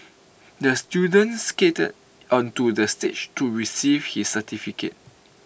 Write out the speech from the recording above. the student skated onto the stage to receive his certificate